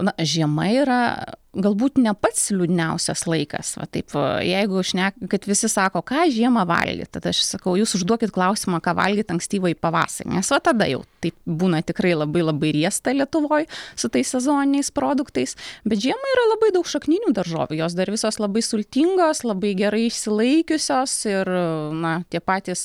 na žiema yra galbūt ne pats liūdniausias laikas va taip jeigu šne kad visi sako ką žiemą valgyt tada aš sakau jūs užduokit klausimą ką valgyt ankstyvąjį pavasarį nes va tada jau taip būna tikrai labai labai riesta lietuvoj su tais sezoniniais produktais bet žiemą yra labai daug šakninių daržovių jos dar visos labai sultingos labai gerai išsilaikiusios ir na tie patys